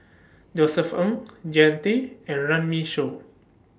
Josef Ng Jean Tay and Runme Shaw